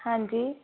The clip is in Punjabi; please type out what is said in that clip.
ਹਾਂਜੀ